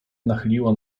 nachyliła